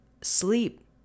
sleep